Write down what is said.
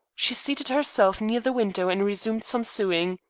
she seated herself near the window and resumed some sewing.